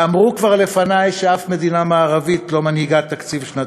אמרו כבר לפני שאף מדינה מערבית לא מנהיגה תקציב דו-שנתי.